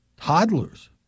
Toddlers